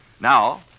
Now